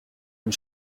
une